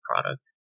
product